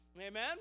Amen